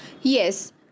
Yes